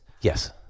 Yes